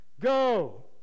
go